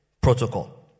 protocol